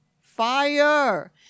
fire